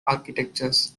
architectures